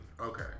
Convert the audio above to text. Okay